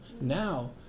Now